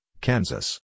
Kansas